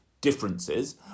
differences